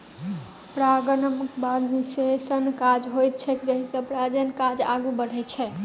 परागणक बाद निषेचनक काज होइत छैक जाहिसँ प्रजननक काज आगू बढ़ैत छै